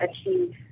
achieve